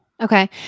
Okay